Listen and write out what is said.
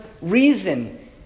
reason